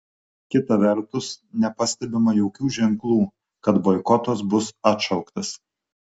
kita vertus nepastebima jokių ženklų kad boikotas bus atšauktas